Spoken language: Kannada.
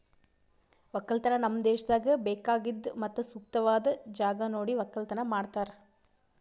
ಒಕ್ಕಲತನ ನಮ್ ದೇಶದಾಗ್ ಬೇಕಾಗಿದ್ ಮತ್ತ ಸೂಕ್ತವಾದ್ ಜಾಗ ನೋಡಿ ಒಕ್ಕಲತನ ಮಾಡ್ತಾರ್